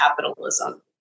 capitalism